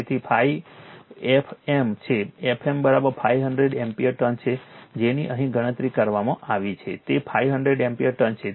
તેથી ∅ f m છે f m 500 ampere turns છે જેની અહીં ગણતરી કરવામાં આવી છે તે 500 એમ્પીયર ટર્ન્સ છે